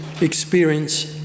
experience